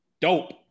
Dope